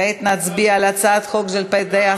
כעת נצביע על הצעת חוק פיקוח על בתי-ספר